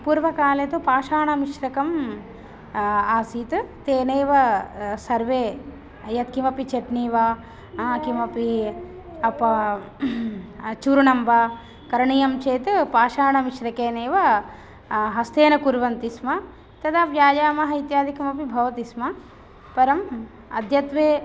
पूर्वकाले तु पाषाणमिश्रकम् आसीत् तेनैव सर्वे यत्किमपि चट्नि वा किमपि अपा चूर्णं वा करणीयं चेत् पाषाणमिश्रकेनैव हस्तेन कुर्वन्ति स्म तदा व्यायामः इत्यादिकमपि भवति स्म परम् अद्यत्वे